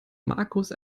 markus